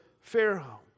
Pharaoh